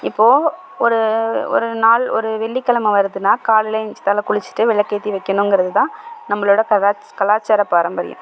இப்போது ஒரு ஒரு நாள் ஒரு வெள்ளிக்கிழமை வருதுனா காலையில் எந்திரிச்சி தலை குளிச்சுட்டு விளக்கேற்றி வைக்கணுங்கிறது தான் நம்மளோட கலாச்சார பாரம்பரியம்